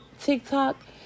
TikTok